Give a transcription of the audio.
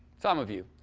some of you.